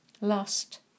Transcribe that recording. Lust